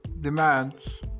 demands